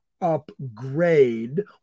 upgrade